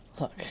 Look